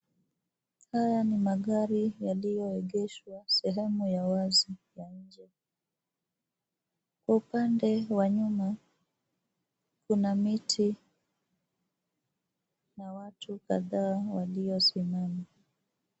Haya ni magari yaliyoegeshwa sehemu ya wazi ya nje. Upande wa nyuma kuna miti na watu kadhaa waliosimama.